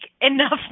enough